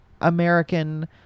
american